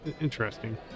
interesting